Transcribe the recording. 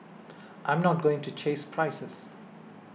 I'm not going to chase prices